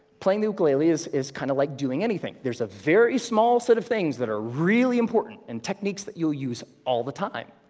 playing the ukulele is is kind of like doing anything, there's a very small set of things that are really important and techniques that you'll use all the time.